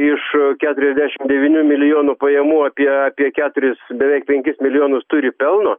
iš keturiasdešimt devynių milijonų pajamų apie apie keturis beveik penkis milijonus turi pelno